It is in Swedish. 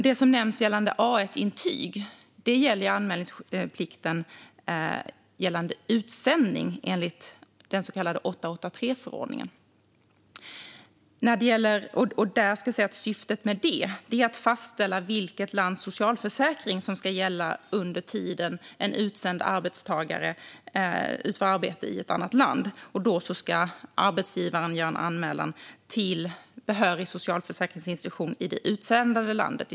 Det som nämns om A1-intyg gäller anmälningsplikten gällande utsändning enligt den så kallade 883-förordningen. Syftet med det är att fastställa vilket lands socialförsäkring som ska gälla under den tid som en utsänd arbetstagare utför arbete i ett annat land. Då ska arbetsgivaren göra en anmälan till behörig socialförsäkringsinstitution i det utsändande landet.